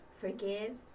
Forgive